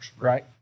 right